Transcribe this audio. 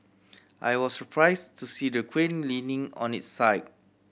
I was surprised to see the crane leaning on its side